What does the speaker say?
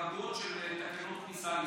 בהחרגות של תקנות הכניסה לישראל.